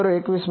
3 થી 2